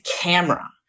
camera